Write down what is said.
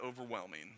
overwhelming